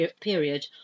period